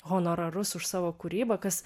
honorarus už savo kūrybą kas